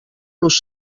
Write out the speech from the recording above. los